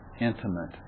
intimate